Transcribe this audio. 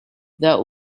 that